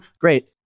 great